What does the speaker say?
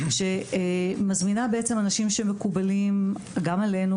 שמזמינה אנשים שמקובלים גם עלינו,